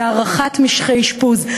להארכת משכי אשפוז,